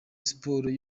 sports